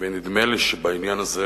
ונדמה לי שבעניין הזה